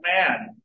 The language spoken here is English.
man